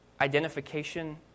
identification